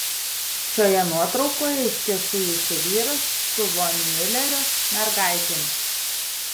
šioje nuotraukoje iš tiesų jūsų vyras su von miulerio mergaitėmis